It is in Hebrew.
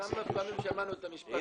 כמה פעמים שמענו את המשפט הזה.